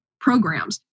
programs